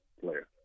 player